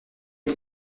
est